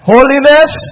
Holiness